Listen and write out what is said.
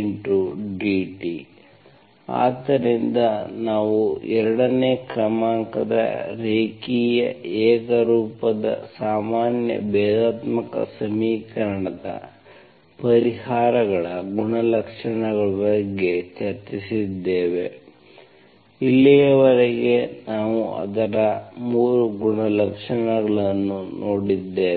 x0tpsdsy12xdt ಆದ್ದರಿಂದ ನಾವು ಎರಡನೇ ಕ್ರಮಾಂಕದ ರೇಖೀಯ ಏಕರೂಪದ ಸಾಮಾನ್ಯ ಭೇದಾತ್ಮಕ ಸಮೀಕರಣದ ಪರಿಹಾರಗಳ ಗುಣಲಕ್ಷಣಗಳ ಬಗ್ಗೆ ಚರ್ಚಿಸುತ್ತಿದ್ದೇವೆ ಇಲ್ಲಿಯವರೆಗೆ ನಾವು ಅದರ 3 ಗುಣಲಕ್ಷಣಗಳನ್ನು ನೋಡಿದ್ದೇವೆ